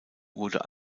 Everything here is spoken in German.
wurde